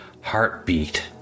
heartbeat